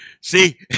See